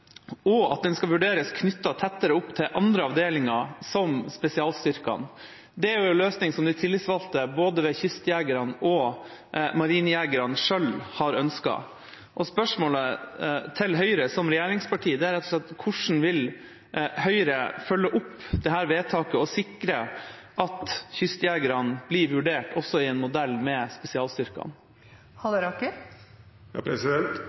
å knytte den tettere til andre avdelinger, som spesialstyrkene. Det er en løsning som de tillitsvalgte ved både Kystjegerkommandoen og Marinejegerkommandoen selv har ønsket. Spørsmålet til Høyre som regjeringsparti er: Hvordan vil Høyre følge opp dette vedtaket og sikre at Kystjegerkommandoen blir vurdert også i en modell med